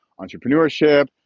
entrepreneurship